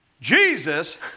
Jesus